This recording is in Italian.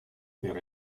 per